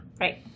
right